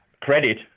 credit